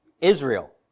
Israel